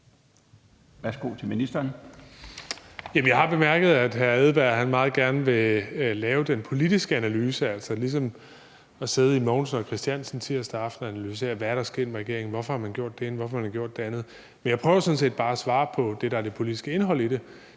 jeg har bemærket, at hr. Kim Edberg Andersen meget gerne vil lave den politiske analyse, altså sidde ligesom i en Mogensen og Kristiansen-udsendelse tirsdag aften og analysere: Hvad er der sket med regeringen? Hvorfor har man gjort det ene? Hvorfor har man gjort det andet? Jeg prøver sådan set bare at svare på det, der er det politiske indhold i det,